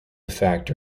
factor